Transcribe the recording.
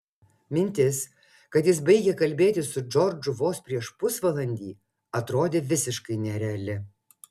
mintis kad jis baigė kalbėti su džordžu vos prieš pusvalandį atrodė visiškai nereali